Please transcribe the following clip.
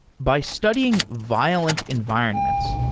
by studying violent environments,